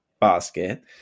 basket